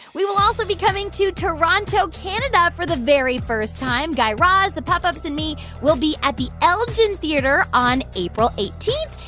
we will also be coming to toronto, canada, for the very first time. guy raz, the pop ups and me will be at the elgin theatre on april eighteen,